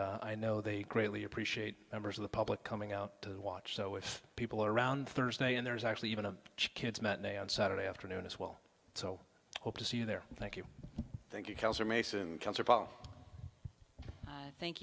and i know they greatly appreciate members of the public coming out to watch so if people around thursday and there's actually even a kid's matinee on saturday afternoon as well so i hope to see their thank you thank you